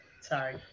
Sorry